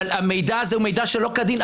המידע הזה הוא מידע שלא כדין.